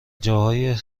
جاهای